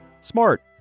Smart